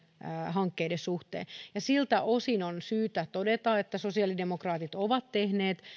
hankkeiden suhteen siltä osin on syytä todeta että sosiaalidemokraatit ovat myös tehneet